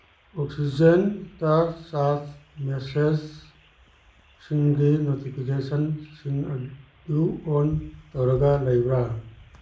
ꯑꯣꯛꯁꯤꯖꯦꯟꯗ charge ꯃꯦꯁꯦꯁꯁꯤꯡꯒꯤ ꯅꯣꯇꯤꯐꯤꯀꯦꯁꯟꯁꯤꯡ ꯑꯗꯨ ꯑꯣꯟ ꯇꯧꯔꯒ ꯂꯩꯕ꯭ꯔ